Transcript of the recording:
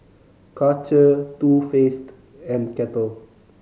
Karcher Too Faced and Kettle